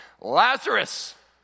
Lazarus